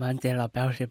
man tai yra labiausiai